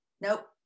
nope